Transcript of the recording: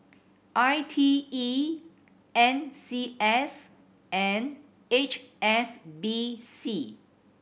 I T E N C S and H S B C